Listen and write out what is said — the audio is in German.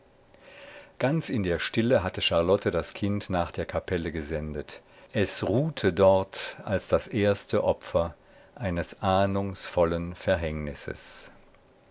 ganz in der stille hatte charlotte das kind nach der kapelle gesendet es ruhte dort als das erste opfer eines ahnungsvollen verhängnisses